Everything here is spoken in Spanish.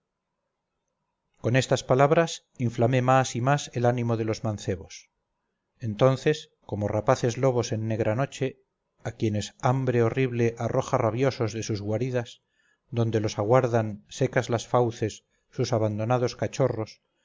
con estas palabras inflamé más y más el ánimo de los mancebos entonces como rapaces lobos en negra noche a quienes hambre horrible arroja rabiosos de sus guaridas donde los aguardan secas las fauces sus abandonados cachorros